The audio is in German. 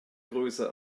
größe